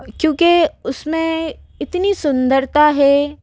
क्योंकि उसमे इतनी सुंदरता है